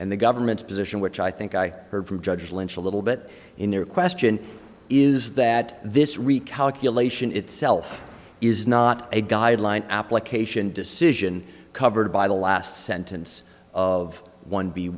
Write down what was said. and the government's position which i think i heard from judge lynch a little bit in their question is that this recalculation itself is not a guideline application decision covered by the last sentence of one b